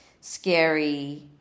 scary